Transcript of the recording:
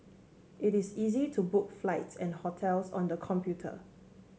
it is easy to book flights and hotels on the computer